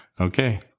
okay